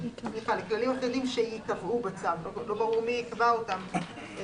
סל שאותו הקופות משתמשות בין היתר כדי לרכוש שירותי